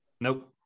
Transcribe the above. Nope